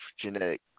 genetic